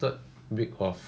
third week of